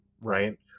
right